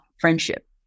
friendship